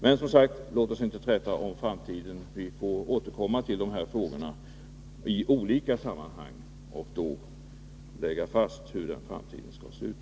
Men låt oss, som sagt, inte träta om framtiden. Vi får återkomma till de här frågorna i olika sammanhang och då lägga fast hur den framtida politiken skall se ut.